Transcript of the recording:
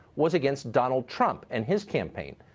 was against donald trump and his campaign.